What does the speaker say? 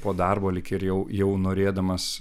po darbo lyg ir jau jau norėdamas